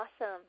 awesome